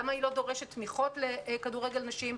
למה היא לא דורשת תמיכות לכדורגל נשים,